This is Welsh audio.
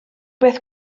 beth